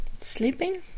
sleeping